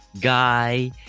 guy